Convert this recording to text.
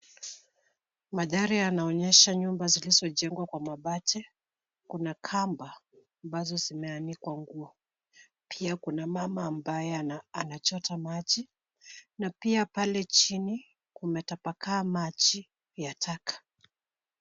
Mandhari yanaonyesha nyumba zilzojengwa kwa mabati. Kuna kamba ambazo zimeanikwa nguo. Pia kuna mama ambaye anachota maji na pia pale chini kumetapakaa maji ya taka.